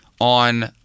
on